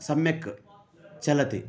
सम्यक् चलति